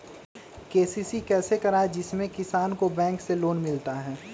KCC कैसे कराये जिसमे किसान को बैंक से लोन मिलता है?